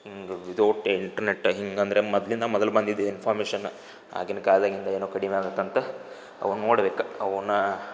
ಹಂಗೆ without internet ಹಿಂಗೆ ಅಂದ್ರೆ ಮೊದಲಿಂದ ಮೊದಲು ಬಂದಿದ್ದು ಇನ್ಫರ್ಮೇಷನ್ ಆಗಿನ ಕಾಲದಾಗಿಂದ ಏನೋ ಕಡಿಮೆ ಆಗತ್ತಂತ್ತೆ ಅವು ನೋಡ್ಬೇಕು ಅವನ್ನ